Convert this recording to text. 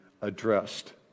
addressed